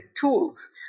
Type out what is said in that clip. tools